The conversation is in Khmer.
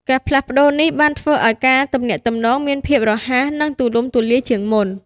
ការផ្លាស់ប្ដូរនេះបានធ្វើឲ្យការទំនាក់ទំនងមាន ភាពរហ័ស និង ទូលំទូលាយជាងមុន។